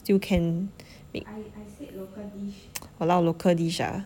still can b~ !walao! local dish ah